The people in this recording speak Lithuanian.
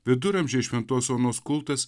viduramžiais šventos onos kultas